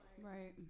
right